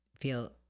feel